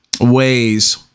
ways